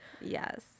Yes